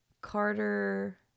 Carter